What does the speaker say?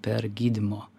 per gydymo